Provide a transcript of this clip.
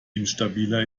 instabiler